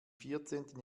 vierzehnten